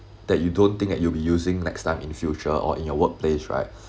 that you don't think that you'll be using next time in future or in your workplace right